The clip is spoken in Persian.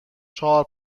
چهار